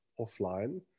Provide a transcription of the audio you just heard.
offline